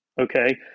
okay